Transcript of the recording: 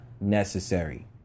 necessary